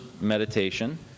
meditation